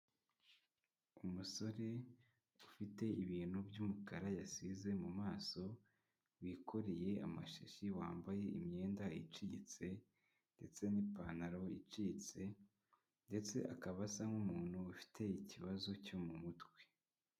Umusore ufite ibintu by'umukara yasize mu maso, wikoreye amashashi, wambaye imyenda icitse ndetse n'ipantaro icitse ndetse akaba asa nk'umuntu ufite ikibazo cyo mu mutwe.